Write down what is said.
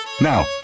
Now